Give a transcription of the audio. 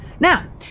Now